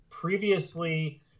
previously